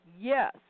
Yes